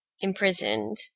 imprisoned